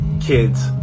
Kids